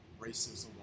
racism